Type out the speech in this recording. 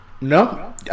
No